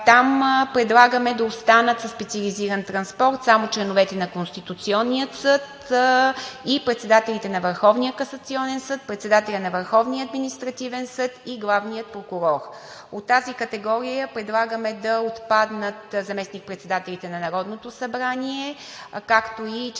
Там предлагаме да останат със специализиран транспорт само членовете на Конституционния съд и председателите на Върховния касационен съд, председателят на Върховния административен съд и главният прокурор. От тази категория предлагаме да отпаднат заместник-председателите на Народното събрание, както и членовете